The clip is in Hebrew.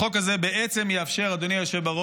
החוק הזה בעצם יאפשר להורות, אדוני היושב-ראש,